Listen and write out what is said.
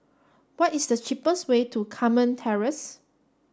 what is the cheapest way to Carmen Terrace